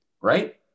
right